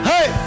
Hey